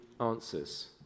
answers